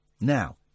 Now